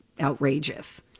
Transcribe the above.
outrageous